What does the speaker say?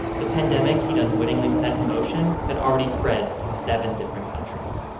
the pandemic he'd unwittingly set in motion had already spread to seven different countries